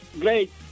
great